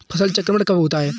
फसल चक्रण कब होता है?